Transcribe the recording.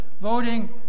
voting